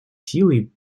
силой